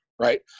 Right